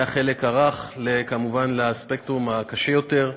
מהחלק הרך, כמובן, לחלק הקשה יותר.